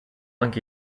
anche